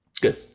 Good